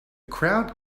crowd